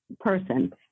person